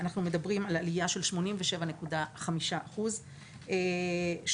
אנחנו מדברים על עלייה של 87.5%. שוב,